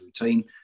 routine